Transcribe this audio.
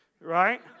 right